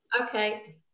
Okay